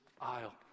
aisle